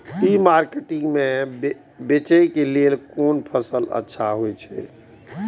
ई market में बेचेक लेल कोन फसल अच्छा होयत?